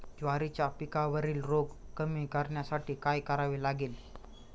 ज्वारीच्या पिकावरील रोग कमी करण्यासाठी काय करावे लागेल?